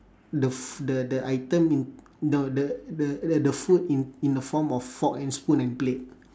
the f~ the the item in no the the the the food in in the form of fork and spoon and plate